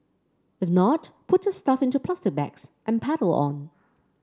if not put your stuff into plastic bags and pedal on